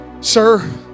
sir